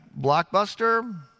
blockbuster